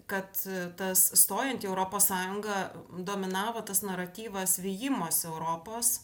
kad tas stojant į europos sąjungą dominavo tas naratyvas vijimosi europos